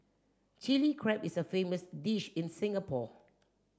Chilli Crab is a famous dish in Singapore